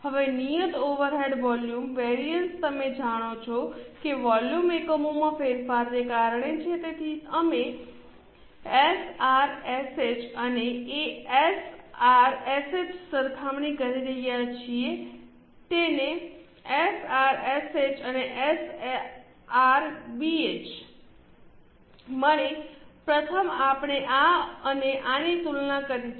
હવે નિયત overhead volume variance તમે જાણો છો કે વોલ્યુમ એકમોમાં ફેરફારને કારણે છે તેથી અમે એસઆરએસએચ સાથે એસઆરએસએચ સરખામણી કરી રહ્યા છીએ તેને એસઆરએસએચ અને એસઆરબીએચ મળી પ્રથમ આપણે આ અને આની તુલના કરીએ